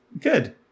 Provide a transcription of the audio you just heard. Good